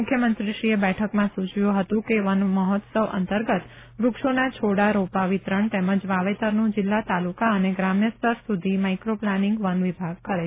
મુખ્યમંત્રીશ્રીએ બેઠકમાં સુચવ્યું હતું કે વન મહોત્સવ અંતર્ગત વૃક્ષોના છોડ રોપા વિતરણ તેમજ વાવેતરનું જિલ્લા તાલુકા અને ગ્રામ્યસ્તર સુધી માઇક્રોપ્લાનીંગ વન વિભાગ કરે